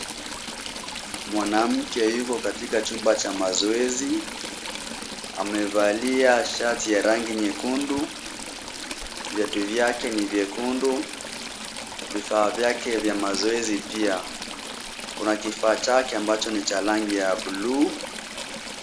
Mwanamke yuko katika chumba cha mazoezi. Amevalia shati ya rangi nyekundu, viatu vyake ni vyekundu vifaa vyake vya mazoezi pia. Kuna kifaa chake ambacho ni cha blue